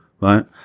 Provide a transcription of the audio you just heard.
right